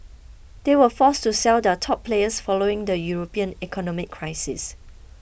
they were forced to sell their top players following the European economic crisis